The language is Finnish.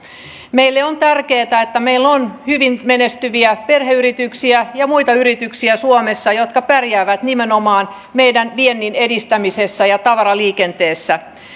meille on tärkeätä että meillä on hyvin menestyviä perheyrityksiä ja muita yrityksiä suomessa jotka pärjäävät nimenomaan meidän vientimme edistämisessä ja tavaraliikenteessä